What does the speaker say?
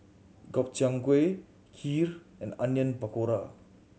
Gobchang Gui Kheer and Onion Pakora